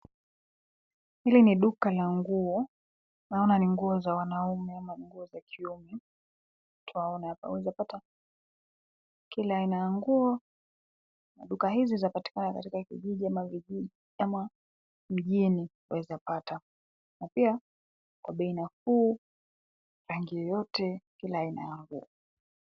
Hili ni duka la nguo .Naona ni nguo za wanaume ama nguo za kiume. Tunaona unaweza pata kila aina ya nguo. Duka hizi zapatikana katika kijiji ama jijini waweza pata, pia kwa bei nafuu, rangi yoyote, kila aina ya nguo.